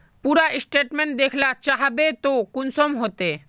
पूरा स्टेटमेंट देखला चाहबे तो कुंसम होते?